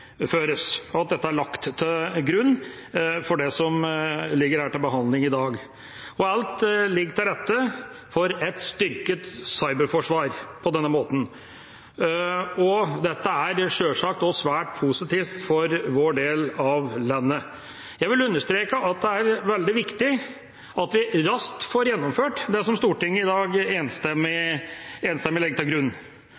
og at dette er lagt til grunn for det som ligger til behandling i dag. Alt ligger til rette for et styrket cyberforsvar på denne måten, og dette er sjølsagt også svært positivt for vår del av landet. Jeg vil understreke at det er veldig viktig at vi raskt får gjennomført det Stortinget i dag enstemmig